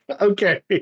Okay